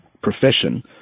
profession